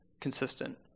consistent